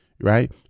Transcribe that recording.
Right